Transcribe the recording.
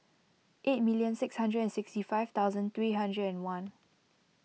eight million six hundred and sixty five thousand three hundred and one